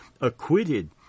acquitted